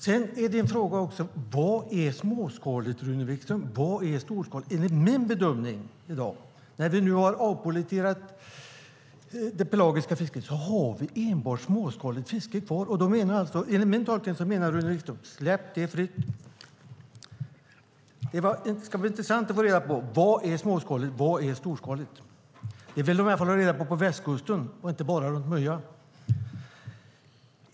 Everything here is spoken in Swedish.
Sedan är frågan vad som är småskaligt och storskaligt, Rune Wikström. När vi nu har avpolletterat det pelagiska fisket har vi enligt min bedömning i dag enbart småskaligt fiske kvar. Enligt min tolkning menar Rune Wikström att det ska släppas fritt. Det ska bli intressant att få reda på vad som är småskaligt och vad som är storskaligt, och det vill man ha reda på även på Västkusten, inte bara runt Möja.